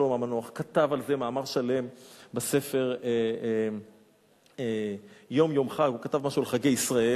ואתה מכיר את הפסוק: "משיב חכמים אחור ודעתם ישכל",